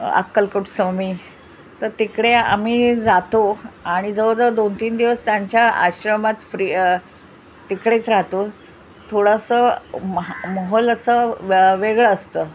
अक्कलकुटस्वामी तर तिकडे आम्ही जातो आणि जवळजवळ दोन तीन दिवस त्यांच्या आश्रमात फ्री तिकडेच राहतो थोडंसं महल असं वेगळं असतं